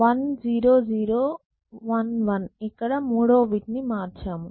10011 ఇక్కడ మూడవ బిట్ ని మార్చాము